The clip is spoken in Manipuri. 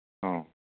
ꯑꯧ